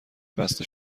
بسته